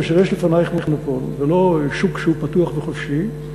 כאשר יש לפנייך מונופול ולא שוק שהוא פתוח וחופשי,